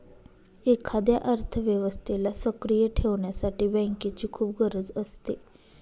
एखाद्या अर्थव्यवस्थेला सक्रिय ठेवण्यासाठी बँकेची खूप गरज असते